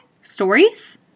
stories